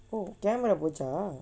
oh camera போச்சா:pochaa